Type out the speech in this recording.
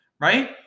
right